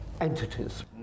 entities